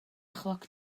chloc